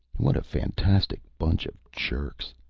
what a fantastic bunch of jerks!